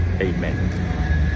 Amen